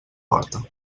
porta